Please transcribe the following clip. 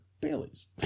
Bailey's